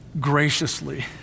Graciously